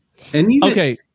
Okay